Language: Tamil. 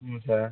ம் சார்